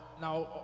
now